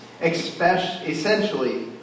Essentially